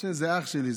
משה הוא אח שלי,